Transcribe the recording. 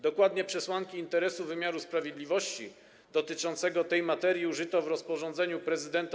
Dokładnie przesłanki interesu wymiaru sprawiedliwości dotyczącego tej materii użyto w rozporządzeniu prezydenta